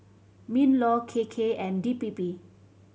MinLaw K K and D P P